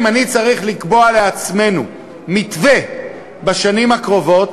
אם אני צריך לקבוע לעצמנו מתווה לשנים הקרובות,